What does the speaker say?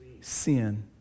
sin